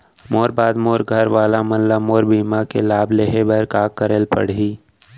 मोर बाद मोर घर वाला मन ला मोर बीमा के लाभ लेहे बर का करे पड़ही?